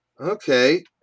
okay